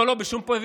לא, לא, בשום פנים.